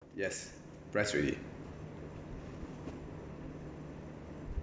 yes press already